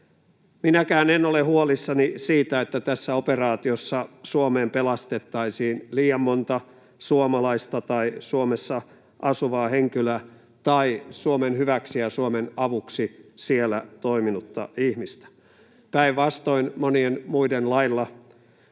Minäkään en ole huolissani siitä, että tässä operaatiossa Suomeen pelastettaisiin liian monta suomalaista tai Suomessa asuvaa henkilöä tai Suomen hyväksi ja Suomen avuksi siellä toiminutta ihmistä. Päinvastoin monien muiden lailla